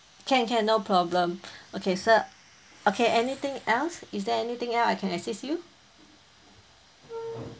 can can no problem okay sir okay anything else is there anything else I can assist you